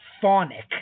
phonic